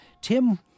Tim